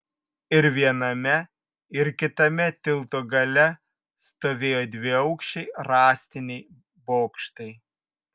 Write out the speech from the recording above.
ir viename ir kitame tilto gale stovėjo dviaukščiai rąstiniai bokštai